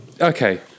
Okay